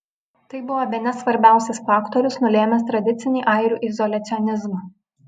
tai buvo bene svarbiausias faktorius nulėmęs tradicinį airių izoliacionizmą